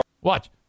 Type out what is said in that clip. Watch